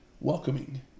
welcoming